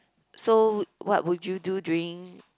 so what would you do during